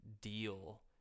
deal